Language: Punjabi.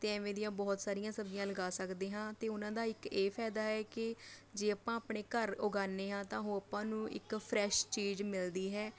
ਅਤੇ ਐਵੇਂ ਦੀਆਂ ਬਹੁਤ ਸਾਰੀਆਂ ਸਬਜ਼ੀਆਂ ਲਗਾ ਸਕਦੇ ਹਾਂ ਅਤੇ ਉਹਨਾਂ ਦਾ ਇੱਕ ਇਹ ਫਾਇਦਾ ਹੈ ਕਿ ਜੇ ਆਪਾਂ ਆਪਣੇ ਘਰ ਉਗਾਉਦੇ ਹਾਂ ਤਾਂ ਉਹ ਆਪਾਂ ਨੂੰ ਇੱਕ ਫਰੈਸ਼ ਚੀਜ਼ ਮਿਲਦੀ ਹੈ